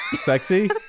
sexy